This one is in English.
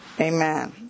Amen